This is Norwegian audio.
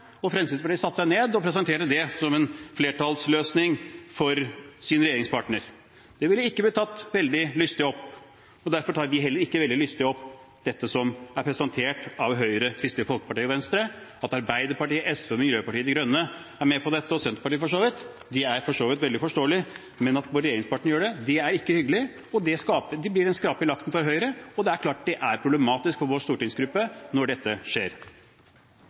og Fremskrittspartiet satte seg ned og presenterte det som en flertallsløsning for sin regjeringspartner. Det ville ikke blitt tatt veldig lystig opp, og derfor tar vi heller ikke veldig lystig opp dette som er presentert av Høyre, Kristelig Folkeparti og Venstre. At Arbeiderpartiet, SV, Miljøpartiet De Grønne er med på dette – og Senterpartiet, for så vidt – er veldig forståelig, men at vår regjeringspartner gjør det, er ikke hyggelig. Det blir en skrape i lakken for Høyre, og det er klart det er problematisk for vår stortingsgruppe når dette skjer.